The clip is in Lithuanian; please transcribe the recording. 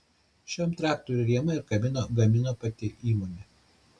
šiam traktoriui rėmą ir kabiną gamino pati įmonė